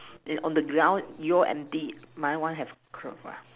and on the ground your indeed my one have